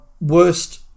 worst